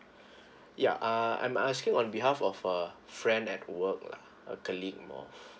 ya uh I'm asking on behalf of a friend at work lah a colleague you know